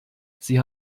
sie